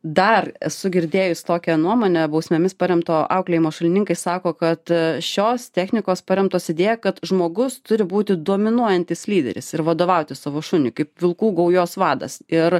dar esu girdėjus tokią nuomonę bausmėmis paremto auklėjimo šalininkai sako kad šios technikos paremtos idėja kad žmogus turi būti dominuojantis lyderis ir vadovauti savo šuniui kaip vilkų gaujos vadas ir